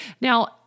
Now